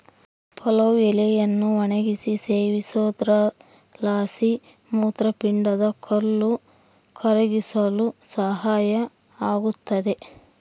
ಪಲಾವ್ ಎಲೆಯನ್ನು ಒಣಗಿಸಿ ಸೇವಿಸೋದ್ರಲಾಸಿ ಮೂತ್ರಪಿಂಡದ ಕಲ್ಲು ಕರಗಿಸಲು ಸಹಾಯ ಆಗುತ್ತದೆ